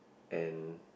and